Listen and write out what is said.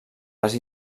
les